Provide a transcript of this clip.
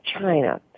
China